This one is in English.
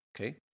okay